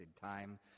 time